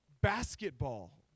basketball